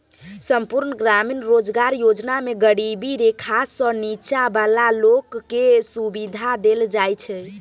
संपुर्ण ग्रामीण रोजगार योजना मे गरीबी रेखासँ नीच्चॉ बला लोक केँ सुबिधा देल जाइ छै